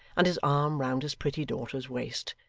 and his arm round his pretty daughter's waist,